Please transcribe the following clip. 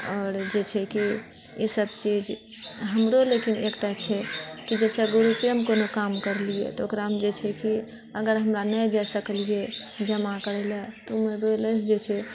आओर जेछै कि ई सभ चीज हमरो लेकिन एकटा छै कि जैसे ग्रुपेमे कोनो काम करलिऐ तऽ ओकरामे जे छै कि अगर हमरा नहि जाइ सकलिऐ जमा करए लए तऽ ओ बैलेन्स जे छै